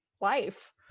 life